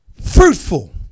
fruitful